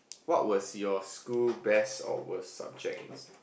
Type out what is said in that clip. what was your school best or worst subject is